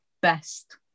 best